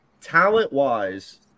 talent-wise –